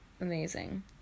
Amazing